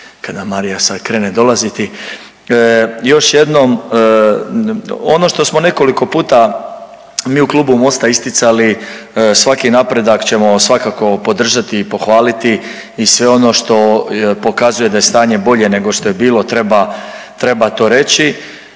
kad Marija sada krene dolaziti. Još jednom ono što smo nekoliko puta mi u Klubu MOST-a isticali svaki napredak ćemo svakako podržati i pohvaliti i sve ono što pokazuje da je stanje bolje nego što je bilo treba, treba to reći.